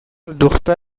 دختر